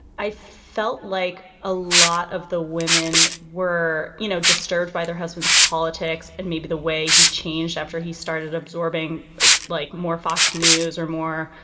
i felt like a lot of the women were you know disturbed by their husbands politics and maybe the way he changed after he started absorbing it like more fox news or more.